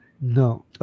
No